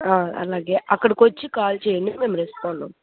అలాగే అక్కడికి వచ్చి కాల్ చేయండి మేము రెస్పాండ్ అవుతాము